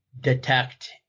detect